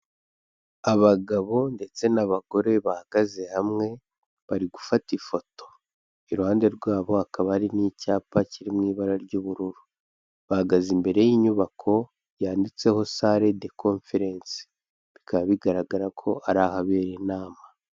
Abagabo ndetse n'abagore bahagaze hamwe, bari gufata ifoto, iruhande rwabo hakaba hari n'icyapa kiri mu ibara ry'ubururu, bahagaze imbere y'inyubako yanditseho sare de conferensi bikaba bigaragara ko ari ahabera inama.